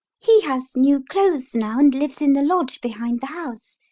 he has new clothes now, and lives in the lodge behind the house.